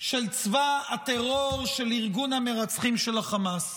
של צבא הטרור של ארגון המרצחים של החמאס.